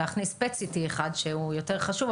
להכניס PET-CT אחד שהוא יותר חשוב,